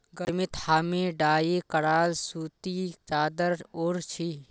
गर्मीत हामी डाई कराल सूती चादर ओढ़ छि